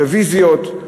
רוויזיות.